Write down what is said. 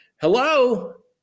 Hello